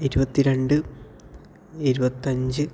ഇരുപത്തി രണ്ട് ഇരുപത്തഞ്ച്